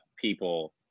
people